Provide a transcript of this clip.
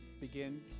begin